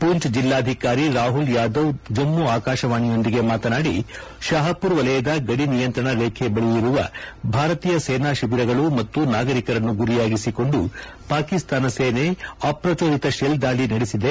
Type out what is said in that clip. ಪೂಂಚ್ ಜಿಲ್ಲಾಧಿಕಾರಿ ರಾಹುಲ್ ಯಾದವ್ ಜಮ್ನು ಆಕಾಶವಾಣಿಯೊಂದಿಗೆ ಮಾತನಾಡಿ ಶಹಪೂರ್ ವಲಯದ ಗಡಿನಿಯಂತ್ರಣ ರೇಖೆ ಬಳಿ ಇರುವ ಭಾರತೀಯ ಸೇನಾ ಶಿಬಿರಗಳು ಮತ್ತು ನಾಗರಿಕರನ್ನು ಗುರಿಯಾಗಿಸಿಕೊಂಡು ಪಾಕಿಸ್ತಾನ ಸೇನೆ ಅಪ್ರಜೋದಿತ ಶೆಲ್ ದಾಳಿ ನಡೆಸಿದೆ